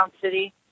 city